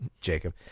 Jacob